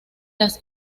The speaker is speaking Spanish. las